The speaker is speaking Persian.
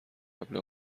قبل